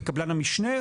בקבלן המשנה,